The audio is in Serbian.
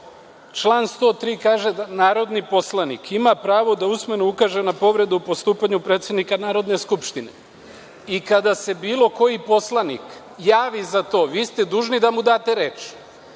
103. kaže – da narodni poslanik ima pravo da usmeno ukaže na povredu o postupanju predsednika Narodne skupštine i kada se bilo koji poslanik javi za to vi ste dužni da mu date reč